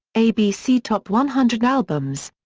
a b c top one hundred albums.